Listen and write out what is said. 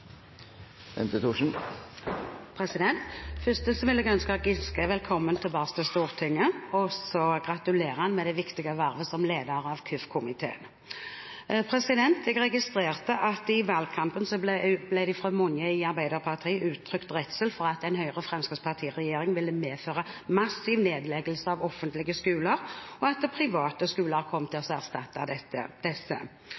vil jeg ønske Giske velkommen tilbake til Stortinget og gratulere ham med det viktige vervet som leder av kirke-, utdannings- og forskningskomiteen. Jeg registrerte i valgkampen at mange i Arbeiderpartiet uttrykte redsel for at en Høyre–Fremskrittsparti-regjering ville medføre massiv nedleggelse av offentlige skoler, og at private skoler kom til